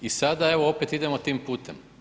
I sada evo opet idemo tim putem.